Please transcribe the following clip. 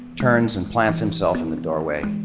turns, and plants himself in the doorway,